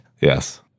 yes